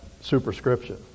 superscription